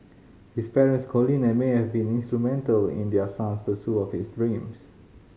his parents Colin and May have been instrumental in their son's pursuit of his dreams